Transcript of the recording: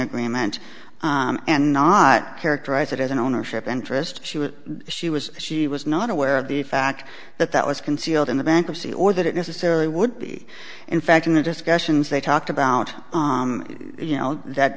agreement and not characterize it as an ownership interest she was she was she was not aware of the fact that that was concealed in the bankruptcy or that it necessarily would be in fact in the discussions they talked about you know that